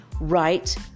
right